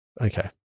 Okay